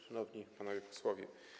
Szanowni Panowie Posłowie!